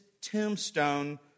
tombstone